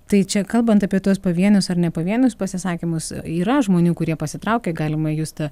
tai čia kalbant apie tuos pavienius ar nepavienius pasisakymus yra žmonių kurie pasitraukė galima justą